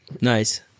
Nice